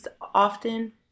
often